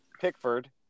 Pickford